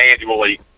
annually